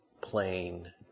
plain